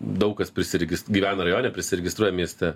daug kas prisiregis gyvena rajone prisiregistruoja mieste